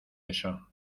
eso